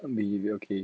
you okay